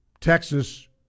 Texas